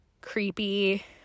creepy